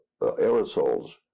aerosols